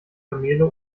kamele